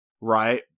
right